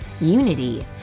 Unity